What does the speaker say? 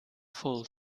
full